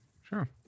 Sure